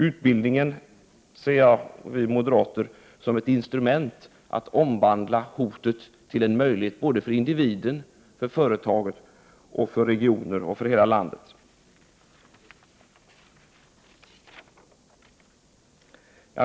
Utbildningen ser vi moderater som ett instrument för att omvandla hotet till en möjlighet för individen, för företagen, för regionerna och för hela landet.